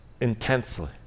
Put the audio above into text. intensely